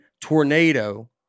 Tornado